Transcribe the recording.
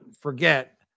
forget